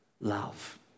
love